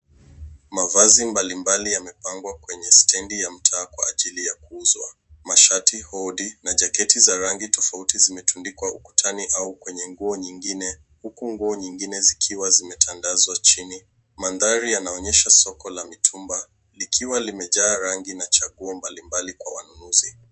Mavazi mbalimbali yamepangwa kwenye stendi ya mtaa kwa ajili ya kuuzwa. Mashati, hudi na majaketi za rangi tofauti zimetundiwa ukutani au kwenye nguo nyingine ,huku nguo nyingine zikiwa zimetandazwa chini. Mandhari yanaonyesha soko la mitumba likiwa limejaa rangi na chaguo mbalimbali kwa wanunuzi.